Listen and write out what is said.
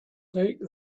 take